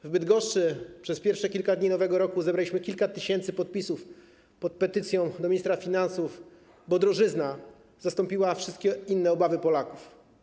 W Bydgoszczy przez pierwsze kilka dni nowego roku zebraliśmy kilka tysięcy podpisów pod petycją do ministra finansów, bo drożyzna zastąpiła wszystkie inne obawy Polaków.